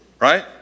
Right